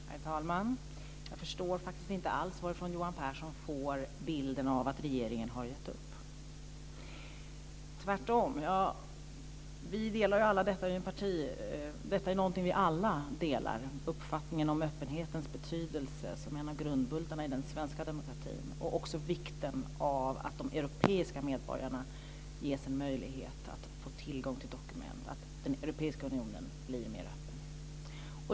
Herr talman! Jag förstår faktiskt inte alls varifrån Johan Pehrson får bilden av att regeringen har gett upp. Det är tvärtom. Detta är någonting vi alla delar - uppfattningen om öppenhetens betydelse som en av grundbultarna i den svenska demokratin, liksom vikten av att de europeiska medborgarna ges en möjlighet att få tillgång till dokument, att den europeiska unionen blir mer öppen.